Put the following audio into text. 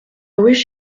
wish